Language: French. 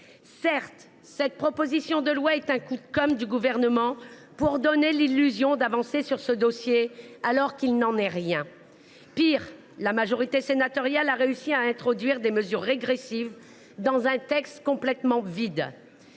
objectif. Cette proposition de loi est un coup de com’ du Gouvernement pour donner l’illusion d’avancer sur ce dossier alors qu’il n’en est rien. Pis, la majorité sénatoriale a réussi à introduire des mesures régressives dans un texte complètement creux.